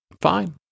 Fine